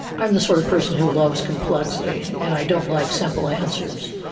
i am the sort of person who loves complexity, and i don't like simple answers.